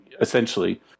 essentially